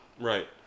Right